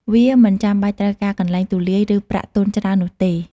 វាមិនចាំបាច់ត្រូវការកន្លែងទូលាយ ឬប្រាក់ទុនច្រើននោះទេ។